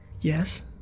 Yes